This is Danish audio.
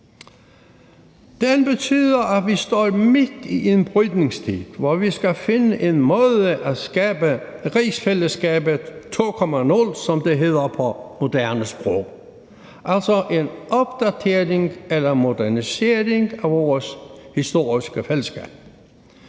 Den betyder, at vi står midt i en brydningstid, hvor vi skal finde en måde at skabe rigsfællesskabet 2.0, som det hedder på moderne sprog, på, altså en opdatering eller modernisering af vores historiske fællesskab.